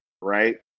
right